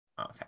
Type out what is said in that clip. Okay